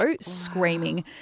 screaming